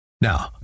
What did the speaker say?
Now